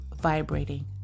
vibrating